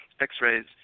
x-rays